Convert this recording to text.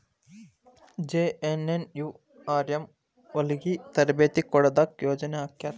JNNURM ಹೊಲಗಿ ತರಬೇತಿ ಕೊಡೊದಕ್ಕ ಯೊಜನೆ ಹಾಕ್ಯಾರ